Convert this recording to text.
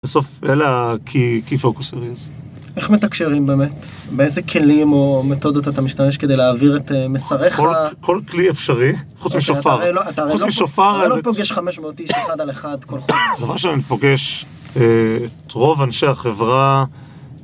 בסוף, אלא כפוקוסריז. איך מתקשרים באמת? באיזה כלים או מתודות אתה משתמש כדי להעביר את מסריך? כל כלי אפשרי, חוץ משופר. חוץ משופר... אתה הרי לא פוגש 500 איש אחד על אחד כל חודש? דבר ראשון אני פוגש את רוב אנשי החברה...